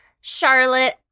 Charlotte